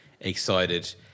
excited